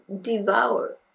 devour